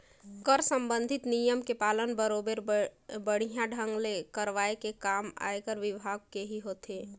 कर संबंधित नियम के पालन बरोबर बड़िहा ढंग ले करवाये के काम आयकर विभाग केही होथे